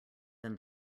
than